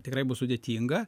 tikrai bus sudėtinga